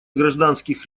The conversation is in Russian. гражданских